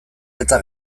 eta